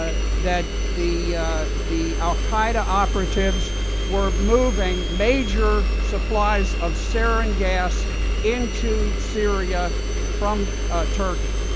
ah that the the al-qaeda operatives were moving major supplies of sarin gas into syria from turkey.